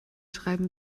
schreiben